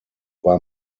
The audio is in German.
war